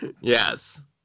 yes